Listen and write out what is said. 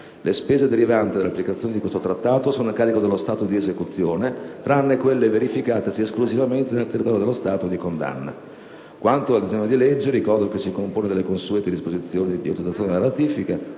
Le spese derivanti dall'applicazione di questo Trattato sono a carico dello Stato di esecuzione, tranne quelle verificatesi esclusivamente nel territorio dello Stato di condanna. Quanto al disegno di legge, ricordo che si compone delle consueti disposizioni di esecuzione della ratifica,